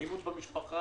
אלימות במשפחה,